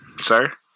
sir